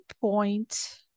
point